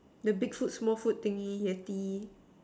the big foot small foot thingy yeti